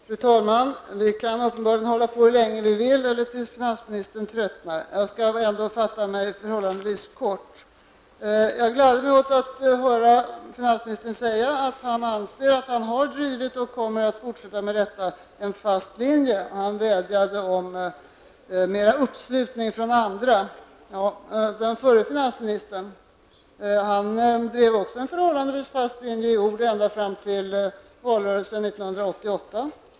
Fru talman! Vi kan uppenbarligen hålla på hur länge vi vill eller tills finansministern tröttnar. Jag skall ändå fatta mig förhållandevis kort. Jag gladde mig åt att höra finansministern säga att han anser att han har drivit och kommer att driva en fast linje. Han vädjade om mer uppslutning från andra. Den förre finansministern drev också en förhållandevis fast linje ända fram till valrörelsen 1988.